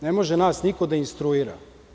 Ne može nas niko da instruira.